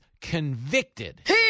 convicted